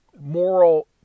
moral